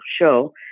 show